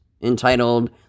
entitled